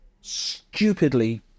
stupidly